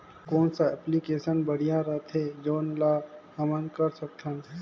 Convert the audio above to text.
कौन सा एप्लिकेशन बढ़िया रथे जोन ल हमन कर सकथन?